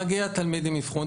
מגיע תלמיד עם אבחון,